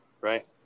right